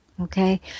okay